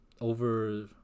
over